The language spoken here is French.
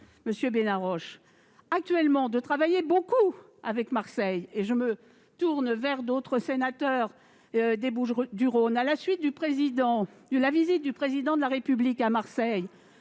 monsieur Benarroche, de travailler beaucoup avec Marseille. Je me tourne également vers d'autres sénateurs des Bouches-du-Rhône. À la suite de la visite du Président de la République à Marseille